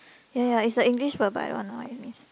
ya ya it's a English word but I don't know what it means